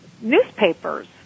newspapers